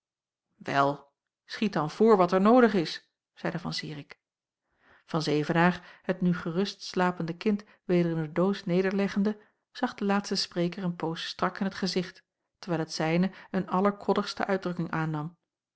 wel schiet dan voor wat er noodig is zeide van zirik van zevenaer het nu gerust slapende kind weder in de doos nederleggende zag den laatsten spreker een poos strak in t gezicht terwijl het zijne een allerkoddigste uitdrukking aannam